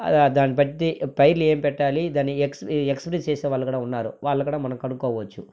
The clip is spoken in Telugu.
దాన్ని బట్టి పైర్లు ఏం పెట్టాలి దాన్ని ఎక్స్ ఎక్స్ప్లేన్ చేసేవాళ్ళు కూడా ఉన్నారు వాళ్ళు కూడా మనం కనుక్కోవచ్చు